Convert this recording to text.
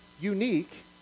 unique